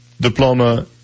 diploma